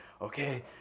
okay